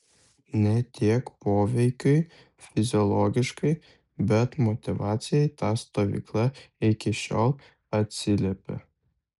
ne tiek poveikiui fiziologiškai bet motyvacijai ta stovykla iki šiol atsiliepia